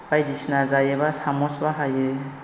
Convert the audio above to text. बायदिसिना जायोब्ला सामस बाहायो